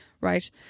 Right